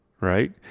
right